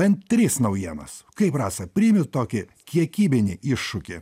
bent trys naujienas kaip rasa priimi tokį kiekybinį iššūkį